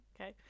Okay